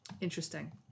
Interesting